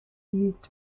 used